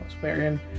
wherein